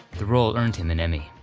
the role earned him an emmy.